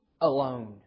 alone